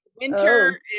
winter